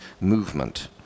movement